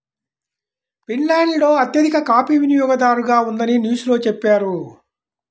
Finland అత్యధిక coffee వినియోగదారుగా ఉందని న్యూస్ లో చెప్పారు